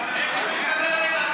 נסתדר עם זה.